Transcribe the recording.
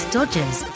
Dodgers